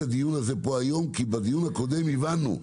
הדיון הזה פה היום כי בדיון הקודם הבנו,